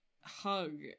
hug